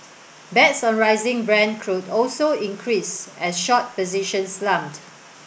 bets on rising Brent crude also increased as short positions slumped